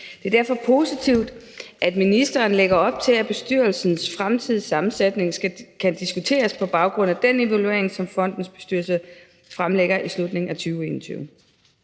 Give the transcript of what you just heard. Det er derfor positivt, at ministeren lægger op til, at bestyrelsens fremtidige sammensætning kan diskuteres på baggrund af den evaluering, som fondens bestyrelse fremlægger i slutningen af 2021.